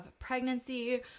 pregnancy